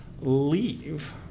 leave